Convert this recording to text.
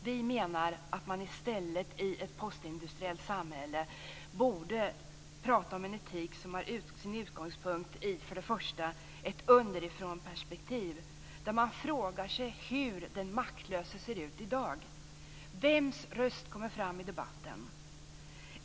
Vi menar att man i ett postindustriellt samhälle i stället borde tala om en etik som har sin utgångspunkt i ett underifrånperspektiv där man frågar sig hur den maktlöse ser ut i dag, vems röst som kommer fram i debatten.